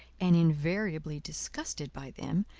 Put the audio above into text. and invariably disgusted by them,